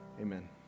Amen